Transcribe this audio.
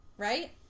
right